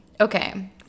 Okay